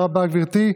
תודה רבה, גברתי.